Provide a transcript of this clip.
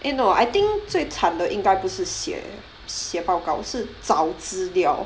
eh no I think 最惨的应该不是写写报告是找资料